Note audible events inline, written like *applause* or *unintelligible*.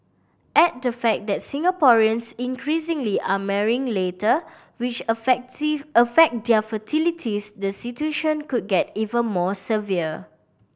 add the fact that Singaporeans increasingly are marrying later which *unintelligible* affect their fertilities the situation could get even more severe